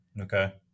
Okay